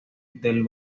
del